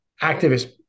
activist